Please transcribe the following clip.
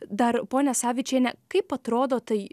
dar ponia savičiene kaip atrodo tai